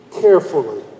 carefully